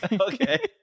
Okay